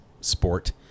sport